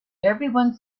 everyone